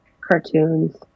cartoons